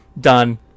Done